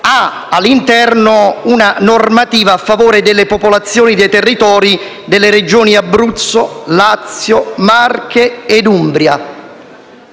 all'interno una normativa a favore delle popolazioni dei territori delle Regioni Abruzzo, Lazio, Marche e Umbria;